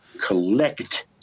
collect